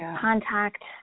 contact